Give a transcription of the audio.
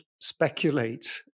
speculate